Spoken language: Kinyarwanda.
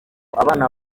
abana